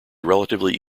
relatively